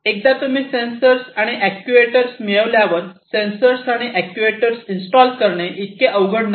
एकदा तुम्ही sensor actuators मिळाल्यावर सेन्सर आणि अॅक्ट्युएटर्स इंस्टॉल करणे इतके अवघड नाही